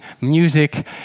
music